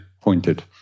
pointed